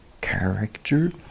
character